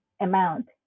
amount